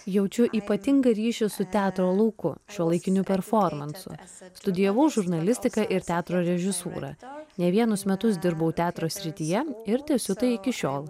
jaučiu ypatingą ryšį su teatro lauku šiuolaikiniu performansu studijavau žurnalistiką ir teatro režisūrą ne vienus metus dirbau teatro srityje ir tęsiu tai iki šiol